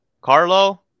Carlo